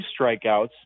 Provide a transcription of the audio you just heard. strikeouts